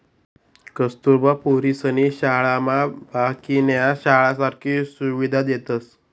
कस्तुरबा पोरीसनी शाळामा बाकीन्या शाळासारखी सुविधा देतस